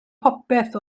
popeth